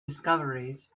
discoveries